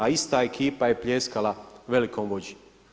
A ista ekipa je pljeskala velikom vođi.